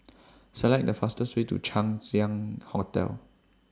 Select The fastest Way to Chang Ziang Hotel